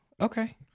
Okay